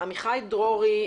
עמיחי דרורי,